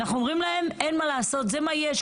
אנחנו אומרים להם אין מה לעשות, זה מה יש.